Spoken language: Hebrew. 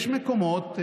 יש מקומות,